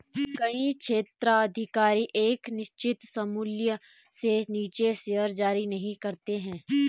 कई क्षेत्राधिकार एक निश्चित सममूल्य से नीचे शेयर जारी नहीं करते हैं